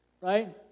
right